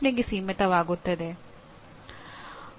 ಇದನ್ನು ಹೇಳಿದವರು ಶ್ರೀ ಸ್ಮಿತ್